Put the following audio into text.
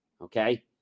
okay